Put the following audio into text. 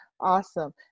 Awesome